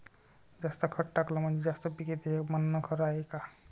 जास्त खत टाकलं म्हनजे जास्त पिकते हे म्हन खरी हाये का?